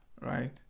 right